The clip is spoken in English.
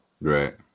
Right